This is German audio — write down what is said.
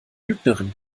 lügnerin